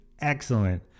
excellent